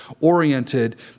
oriented